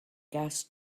gas